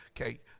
Okay